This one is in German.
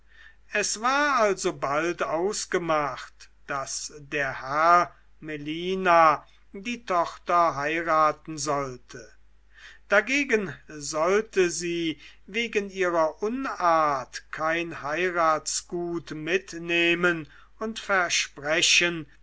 es war also bald ausgemacht daß der herr melina die tochter heiraten sollte dagegen sollte sie wegen ihrer unart kein heiratsgut mitnehmen und versprechen